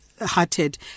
hearted